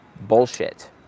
bullshit